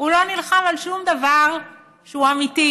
הוא לא נלחם על שום דבר שהוא אמיתי.